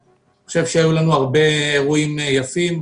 אני חושב שהיו לנו הרבה אירועים יפים,